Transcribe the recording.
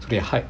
they hide